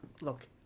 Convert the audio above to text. look